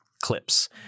clips